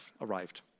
arrived